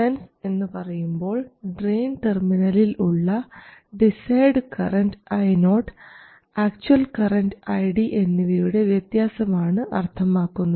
sense എന്നുപറയുമ്പോൾ drain ടെർമിനലിൽ ഉള്ള desired current Io actual current ID എന്നിവയുടെ വ്യത്യാസമാണ് അർത്ഥമാക്കുന്നത്